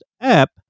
app